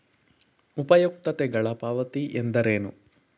ಉಪಯುಕ್ತತೆಗಳ ಪಾವತಿ ಎಂದರೇನು?